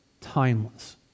timeless